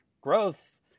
growth